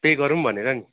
pay गरौँ भनेर नि